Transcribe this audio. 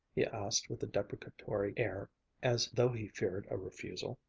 he asked with a deprecatory air as though he feared a refusal.